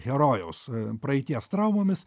herojaus praeities traumomis